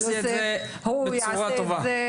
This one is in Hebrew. הוא יתייחס,